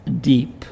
deep